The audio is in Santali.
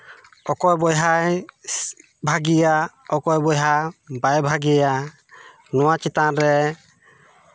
ᱚᱠᱚᱭ ᱵᱚᱭᱦᱟᱭ ᱵᱷᱟᱜᱤᱭᱟ ᱚᱠᱚᱭ ᱵᱚᱭᱦᱟ ᱵᱟᱭ ᱵᱷᱟᱜᱤᱭᱟ ᱱᱚᱣᱟ ᱪᱮᱛᱟᱱ ᱨᱮ